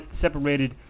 separated